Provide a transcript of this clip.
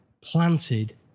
planted